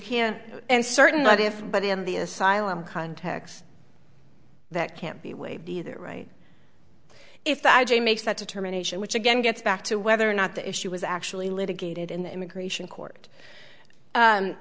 can't and certainly not if but in the asylum context that can't be waived either right if that makes that determination which again gets back to whether or not the issue was actually litigated in the immigration court